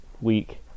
week